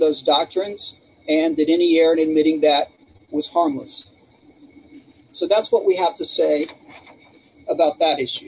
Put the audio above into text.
those doctrines and that any year admitting that was harmless so that's what we have to say about that issue